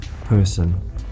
person